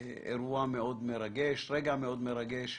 אירוע מאוד מרגש, רגע מאוד מרגש.